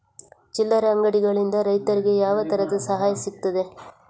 ಚಿಲ್ಲರೆ ಅಂಗಡಿಗಳಿಂದ ರೈತರಿಗೆ ಯಾವ ತರದ ಸಹಾಯ ಸಿಗ್ತದೆ?